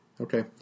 Okay